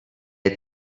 est